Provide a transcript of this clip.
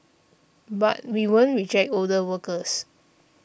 but we won't reject older workers